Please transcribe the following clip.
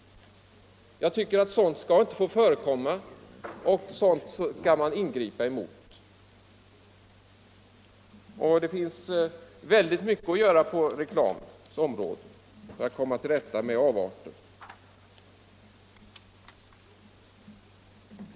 Sådant skall inte få förekomma. Det skall man ingripa emot. Det finns på reklamens område mycket att göra för att komma till rätta med sådana avarter.